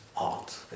art